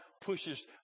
pushes